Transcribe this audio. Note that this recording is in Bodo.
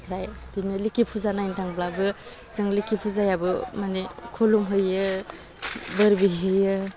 ओमफ्राय बिदिनो लोक्षि फुजा नायनो थांब्लाबो जों लोक्षि फुजायाबो माने खुलुमहैयो बोर बिहैयो